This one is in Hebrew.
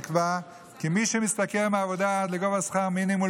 נקבע כי מי שמשתכר מעבודה עד לגובה שכר מינימום,